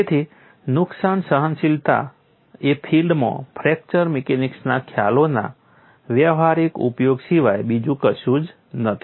તેથી નુકસાન સહનશીલતા એ ફિલ્ડમાં ફ્રેક્ચર મિકેનિક્સના ખ્યાલોના વ્યવહારિક ઉપયોગ સિવાય બીજું કશું જ નથી